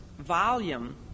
Volume